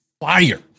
fire